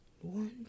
One